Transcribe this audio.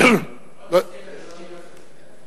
עוד נושא למשנה.